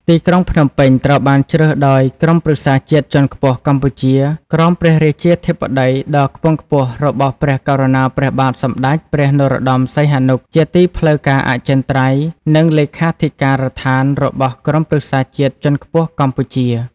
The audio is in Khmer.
ទីក្រុង ភ្នំពេញត្រូវបានជ្រើសដោយក្រុមប្រឹក្សាជាតិជាន់ខ្ពស់កម្ពុជា ក្រោមព្រះរាជាធិបតីដ៏ខ្ពង់ ខ្ពស់របស់ព្រះករុណាព្រះបាទសម្តេចព្រះនរោត្តម សីហនុ ជាទីផ្លូវការអចិន្ត្រៃយ៍ និងលេខាធិ ការដ្ឋានរបស់ក្រុមប្រឹក្សាជាតិជាន់ខ្ពស់កម្ពុជា។